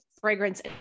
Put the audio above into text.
fragrance